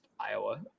Iowa